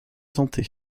santé